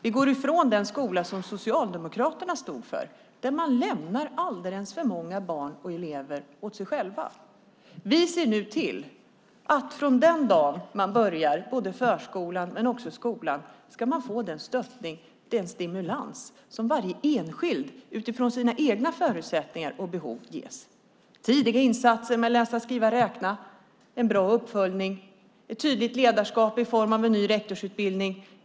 Vi går ifrån den skola som Socialdemokraterna stod för, där man lämnar alldeles för många barn och elever åt sig själva. Vi ser nu till att man från den dagen man börjar både förskolan och skolan ska få stöttning och stimulans utifrån varje enskild persons egna förutsättningar och behov. Det handlar om tidiga insatser med läsa-skriva-räkna, en bra uppföljning och ett tydligt ledarskap i form av en ny rektorsutbildning.